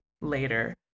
later